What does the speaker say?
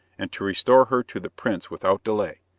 and to restore her to the prince without delay.